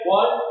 one